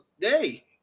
day